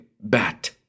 bat